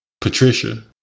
Patricia